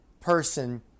person